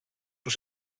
που